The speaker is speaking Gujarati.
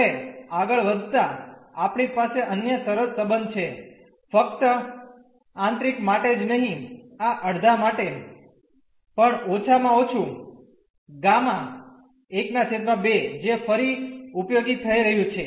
હવે આગળ વધતા આપણી પાસે અન્ય સરસ સંબંધ છે ફક્ત આંતરિક માટે જ નહીં આ અડધા માટે પણ ઓછામાં ઓછું જે ફરી ઉપયોગી થઈ રહ્યું છે